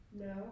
No